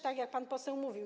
Tak jak pan poseł mówił.